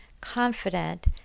confident